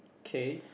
K